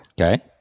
Okay